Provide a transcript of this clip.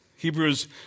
Hebrews